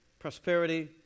Prosperity